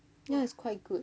ya it's quite good